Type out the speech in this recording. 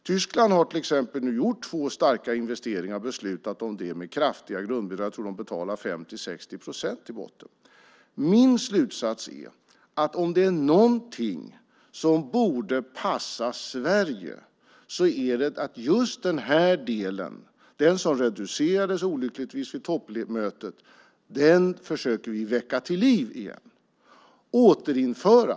Tyskland har till exempel gjort två starka investeringar och beslutat om det. Jag tror att de betalar 50-60 procent i botten. Min slutsats är att om det är något som borde passa Sverige är det att just den här delen, den som reducerades olyckligtvis vid toppmötet, försöker vi väcka till liv igen och återinföra.